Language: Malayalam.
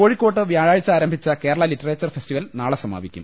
കോഴിക്കോട് വ്യാഴാഴ്ച ആരംഭിച്ച കേരള ലിറ്ററേച്ചർ ഫെസ്റ്റിവൽ നാളെ സമാപിക്കും